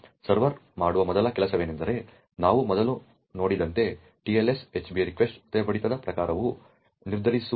server ಮಾಡುವ ಮೊದಲ ಕೆಲಸವೆಂದರೆ ನಾವು ಮೊದಲು ನೋಡಿದಂತೆ TLS HB REQUEST ಹೃದಯ ಬಡಿತದ ಪ್ರಕಾರವನ್ನು ನಿರ್ಧರಿಸುವುದು